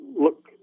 look